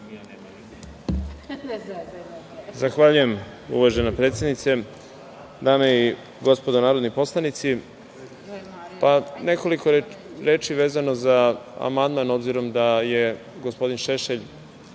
Zahvaljujem uvažena predsednice. Dame i gospodo narodni poslanici, nekoliko reči vezano za amandman, obzirom da je gospodin Šešelj